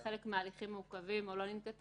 חלק מההליכים מעוכבים או לא ננקטים,